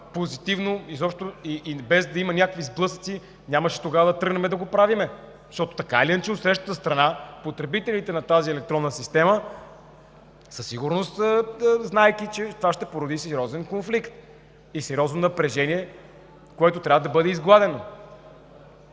позитивно и без да има някакви сблъсъци, нямаше тогава да тръгнем да го правим. Защото така или иначе отсрещната страна, потребителите на тази електронна система, със сигурност, знаят, че това ще породи сериозен конфликт и сериозно напрежение, което трябва да бъде изгладено.